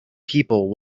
people